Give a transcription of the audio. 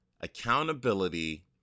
accountability